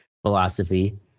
philosophy